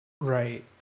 Right